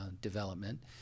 development